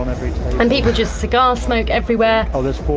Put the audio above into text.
and people just cigar smoke everywhere oh, there's four